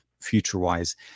future-wise